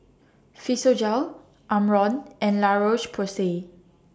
Physiogel Omron and La Roche Porsay